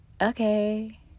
okay